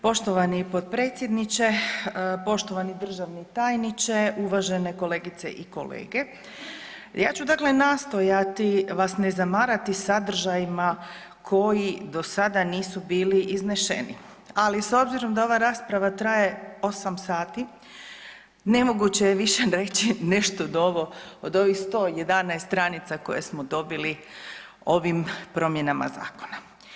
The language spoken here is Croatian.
Poštovani potpredsjedniče, poštovani državni tajniče, uvažene kolegice i kolege ja ću dakle nastojati vas ne zamarati sadržajima koji do sada nisu bili izneseni, ali s obzirom da ova rasprava traje 8 sati, nemoguće je više reći nešto novo od ovih 111 stranica koje smo dobili ovim promjenama zakona.